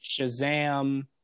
Shazam